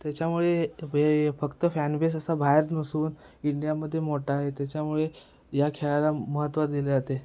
त्याच्यामुळे हे फक्त फॅनबेस असा बाहेर नसून इंडियामध्ये मोठा आहे त्याच्यामुळे या खेळाला महत्त्व दिले जाते